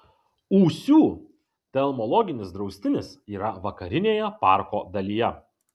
ūsių telmologinis draustinis yra vakarinėje parko dalyje